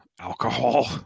alcohol